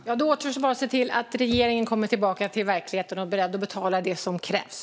Fru talman! Då återstår bara att se till att regeringen kommer tillbaka till verkligheten och är beredd att betala det som krävs.